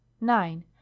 nine